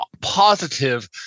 positive